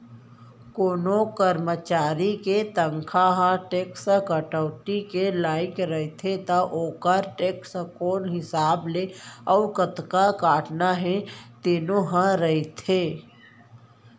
कोनों करमचारी के तनखा ह टेक्स कटौती के लाइक रथे त ओकर टेक्स कोन हिसाब ले अउ कतका काटना हे तेनो ह रथे